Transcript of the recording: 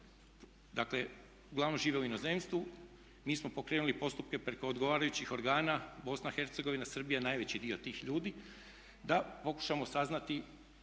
dakle glavnom žive u inozemstvu, mi smo pokrenuli postupke preko odgovarajućih organa Bosna i Hercegovina, Srbija najveći dio tih ljudi da pokušamo saznati